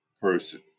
person